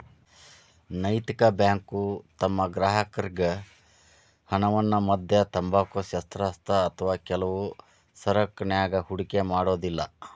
ನೈತಿಕ ಬ್ಯಾಂಕು ತಮ್ಮ ಗ್ರಾಹಕರ್ರಿಗೆ ಹಣವನ್ನ ಮದ್ಯ, ತಂಬಾಕು, ಶಸ್ತ್ರಾಸ್ತ್ರ ಅಥವಾ ಕೆಲವು ಸರಕನ್ಯಾಗ ಹೂಡಿಕೆ ಮಾಡೊದಿಲ್ಲಾ